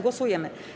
Głosujemy.